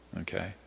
okay